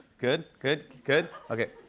good? good? good? okay.